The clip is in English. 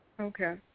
Okay